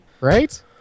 Right